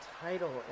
title